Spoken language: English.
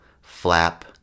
flap